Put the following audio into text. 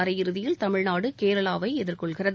அரையிறுதியில் தமிழ்நாடு கேரளாவை எதிர்கொள்கிறது